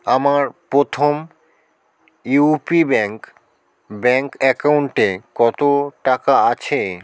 আমার প্রথম UP bank bank অ্যাকাউন্টে কত টাকা আছে